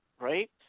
Right